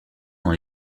dans